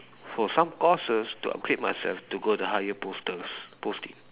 for some courses to upgrade myself to go to higher posters posting